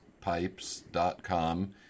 pipes.com